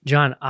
John